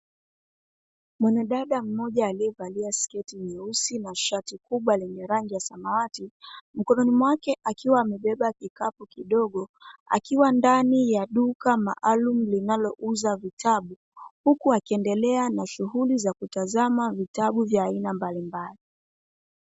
Mwanadada moja alievalia siketi nyeusi na shati kubwa lenye rangi ya samawati, mkononi mwake akiwa amebeba kikapu kidogo, akiwa ndani ya duka maalumu linalouza vitabu, huku akiendelea na shuhuli za kutazama vitabu mbalimbali.